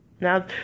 Now